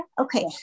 Okay